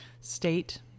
state